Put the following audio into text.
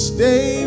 Stay